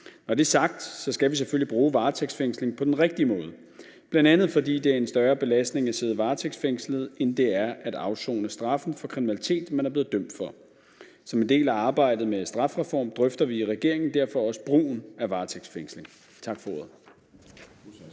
Når det er sagt, skal vi selvfølgelig bruge varetægtsfængsling på den rigtige måde, bl.a. fordi det er en større belastning at sidde varetægtsfængslet, end det er at afsone straffen for kriminalitet, man er blevet dømt for. Som en del af arbejdet med en strafreform, drøfter vi i regeringen derfor også brugen af varetægtsfængsling. Tak for ordet.